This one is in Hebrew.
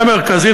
הבעיה המרכזית,